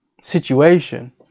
situation